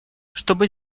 чтобы